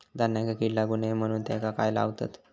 धान्यांका कीड लागू नये म्हणून त्याका काय लावतत?